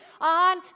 on